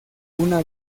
una